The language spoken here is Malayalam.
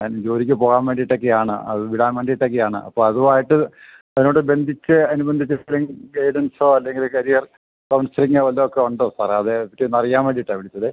അവൻ ജോലിക്ക് പോകാൻ വേണ്ടിയിട്ടൊക്കെയാണ് അത് വിടാൻ വേണ്ടിയിട്ടൊക്കെയാണ് അപ്പം അതുവായിട്ട് അതിനോട് ബന്ധിച്ച് അനുബന്ധിച്ച് സ്പ്രിംഗ് ഗൈഡൻസോ അല്ലെങ്കിൽ കരിയർ കൗൺസിലിംഗോ വല്ലതും ഒക്കെ ഉണ്ടോ സാറെ അതിനെ പറ്റിയൊന്നറിയാൻ വേണ്ടിയിട്ടാണ് വിളിച്ചത്